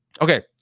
Okay